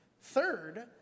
third